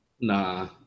Nah